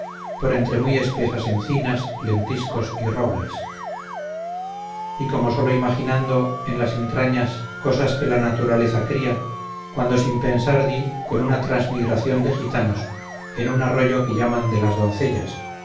por entre muy espesas encinas lentiscos y robles y como solo imaginando en las extrañas cosas que la naturaleza cría cuando sin pensar di con una transmigración de gitanos en un arroyo que llaman de las doncellas